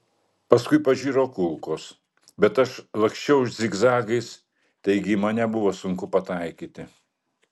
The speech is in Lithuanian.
paskui pažiro kulkos bet aš laksčiau zigzagais taigi į mane buvo sunku pataikyti